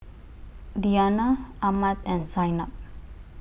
Diyana Ahmad and Zaynab